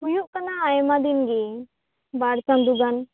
ᱦᱩᱭᱩᱜ ᱠᱟᱱᱟᱭ ᱟᱭᱢᱟ ᱫᱤᱱ ᱜᱮ ᱵᱟᱨ ᱪᱟᱸᱫᱳ ᱜᱟᱱ